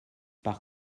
par